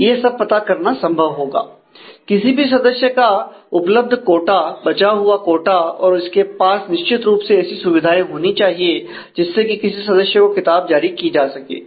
यह सब पता करना संभव होगा किसी भी सदस्य का उपलब्ध कोटा बचा हुआ कोटा और इसके पास निश्चित रूप से ऐसी सुविधाएं होनी चाहिए जिससे कि किसी सदस्य को किताब जारी की जा सके